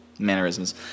Mannerisms